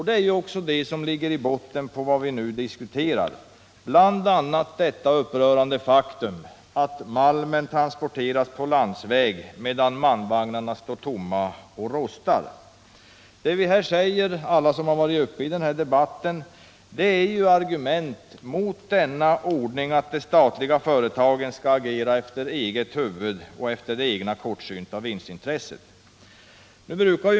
Det är också det som ligger i botten på den fråga som vi nu diskuterar, bl.a. det upprörande faktum att malmen transporteras på landsväg medan malmvagnarna står tomma och rostar. Alla vi som deltagit i denna debatt har framhållit att detta är ett argument mot ordningen att de statliga företagen skall agera efter eget huvud och efter egna kortsynta vinstintressen.